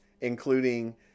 including